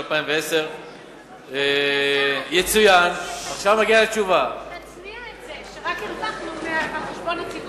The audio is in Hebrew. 2010. תצניע את זה שרק הרווחנו על-חשבון הציבור.